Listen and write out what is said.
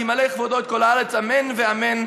וימלא כבודו את כל הארץ אמן ואמן".